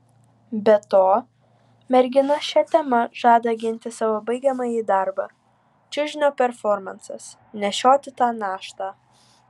be to mergina šia tema žada ginti savo baigiamąjį darbą čiužinio performansas nešioti tą naštą